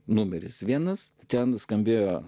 numeris vienas ten skambėjo